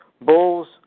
Bulls